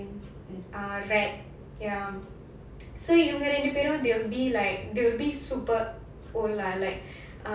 ah rad ya so இவங்க ரெண்டு பெரும்:ivanga rendu perum they'll be like they'll be super old lah like uh